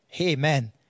amen